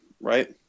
right